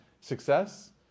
success